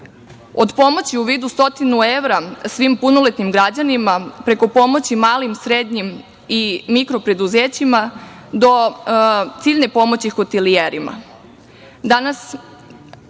Od pomoći u vidu 100 evra svim punoletnim građanima, preko pomoći malim, srednjim i mikropreduzećima, do ciljne pomoći hotelijerima.